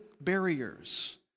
barriers